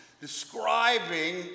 describing